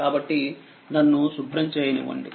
కాబట్టినన్ను శుభ్రం చేయనివ్వండి